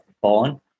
born